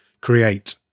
create